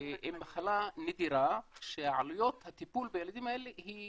עם מחלה נדירה, שעלויות הטיפול בילדים האלה היא